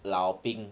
老兵